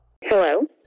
Hello